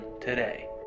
today